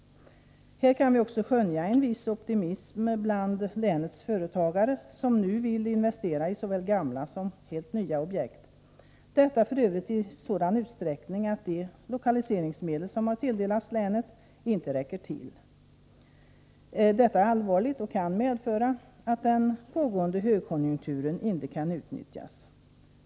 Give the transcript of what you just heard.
Här kan vi också skönja en viss optimism bland länets företagare, vilka nu vill investera i såväl gamla som helt nya objekt — detta f. ö. i en sådan utsträckning att de lokaliseringsmedel som tilldelats länet inte räcker till. Detta är allvarligt och kan medföra problem när det gäller att utnyttja den pågående högkonjunkturen.